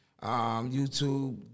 YouTube